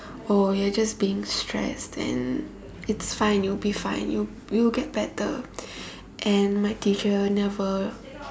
oh you are just being stressed and it's fine you will be fine you you will get better and my teacher never